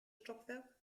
stockwerk